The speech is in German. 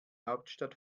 hauptstadt